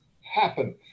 happen